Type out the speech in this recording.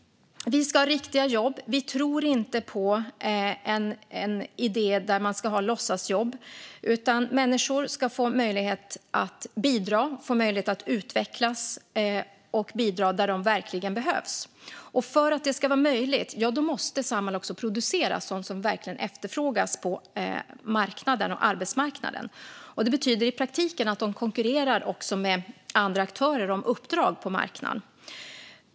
Vi ska ha riktiga jobb. Vi tror inte på idén att ha låtsasjobb, utan människor ska få möjlighet att utvecklas och bidra där de verkligen behövs. För att det ska vara möjligt måste Samhall också producera sådant som verkligen efterfrågas på marknaden och arbetsmarknaden. Det betyder i praktiken att de konkurrerar med andra aktörer om uppdrag på marknaden.